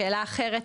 שאלה אחרת,